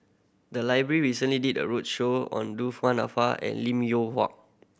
the library recently did a roadshow on Du Nanfa and Lim Yew